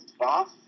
boss